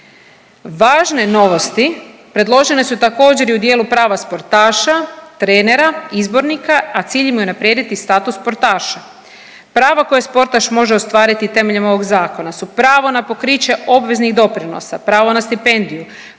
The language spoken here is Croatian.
Važne novosti predložene su također i u dijelu prava sportaša, trenera, izbornika, a cilj im je unaprijediti status sportaša. Pravo koje sportaš može ostvariti temeljem ovog zakona su pravo na pokriće obveznih doprinosa, pravo na stipendiju,